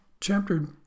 chapter